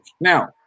Now